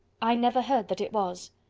i never heard that it was.